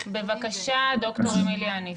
בבקשה, ד"ר אמיליה אניס.